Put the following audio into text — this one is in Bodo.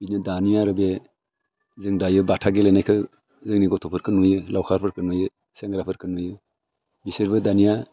खिन्थु दानि आरो बे जों दायो बाथा गेलेनायखौ जोंनि गथ'फोरखौ नुयो लावखारफोरखौ नुयो सेंग्राफोरखौ नुयो बिसोरबो दानिया